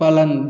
पलङ्ग